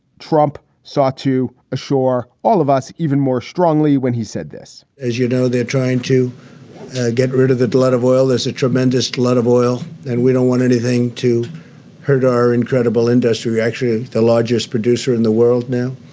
trump sought to assure all of us even more strongly when he said this as you know, they're trying to get rid of the glut of oil. there's a tremendous glut of oil. and we don't want anything to hurt our incredible industry, actually, the largest producer in the world now.